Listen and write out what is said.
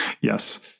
Yes